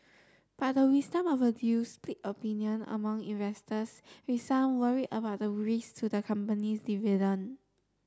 but the wisdom of the deal split opinion among investors with some worried about the risk to the company's dividend